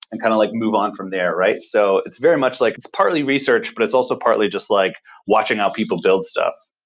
and kind of like move on from there, right? so, it's very much like it's partly research but it's also partly just like watching how people build stuff,